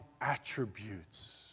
attributes